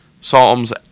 psalms